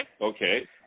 Okay